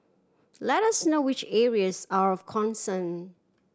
let us know which areas are of concern